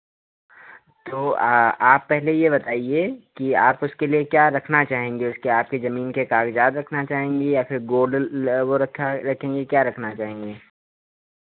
तो आप पहले ये बताइए कि आप उसके लिए क्या रखना चाहेंगी उसके आपके ज़मीन के कागज़ात रखना चाहेंगी या फिर गोल्ड वो रखा है रखेंगी क्या रखना चाहेंगी